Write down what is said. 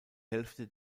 hälfte